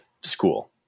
school